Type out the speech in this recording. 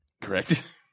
Correct